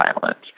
violence